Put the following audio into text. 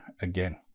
again